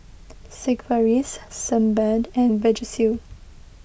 Sigvaris Sebamed and Vagisil